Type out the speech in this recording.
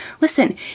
Listen